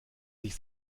sich